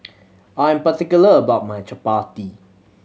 I am particular about my Chapati